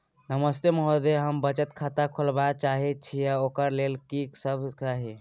नमस्ते महोदय, हम बचत खाता खोलवाबै चाहे छिये, ओकर लेल की सब चाही?